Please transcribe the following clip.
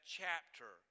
chapter